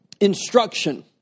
instruction